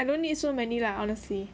I don't need so many lah honestly